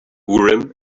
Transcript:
urim